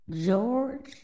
George